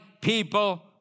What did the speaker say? people